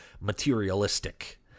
materialistic